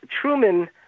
Truman